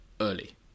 early